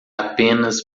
apenas